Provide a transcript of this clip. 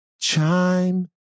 chime